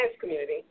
community